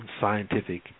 scientific